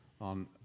on